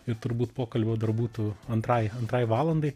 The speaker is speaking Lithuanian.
ir turbūt pokalbio dar būtų antrai antrai valandai